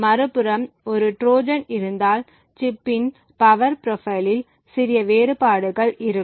மறுபுறம் ஒரு ட்ரோஜன் இருந்தால் சிப்பின் பவர் ப்ரொபைலில் சிறிய வேறுபாடுகள் இருக்கும்